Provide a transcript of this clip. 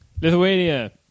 Lithuania